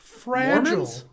Fragile